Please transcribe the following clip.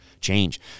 change